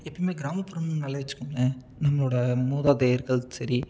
எப்போயுமே கிராமப்புறம்னாலே வெச்சுக்கோங்களேன் நம்மளோடய மூதாதையர்கள் சரி